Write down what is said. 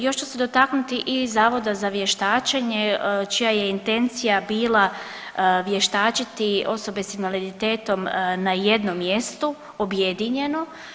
Još ću se dotaknuti i Zavoda za vještačenje čija je intencija bila vještačiti osobe s invaliditetom na jednom mjestu, objedinjeno.